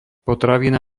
potravina